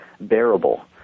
bearable